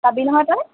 যাবি নহয় তই